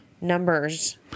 numbers